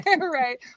right